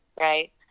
right